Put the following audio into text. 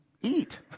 eat